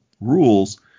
rules